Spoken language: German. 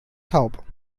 taub